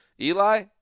Eli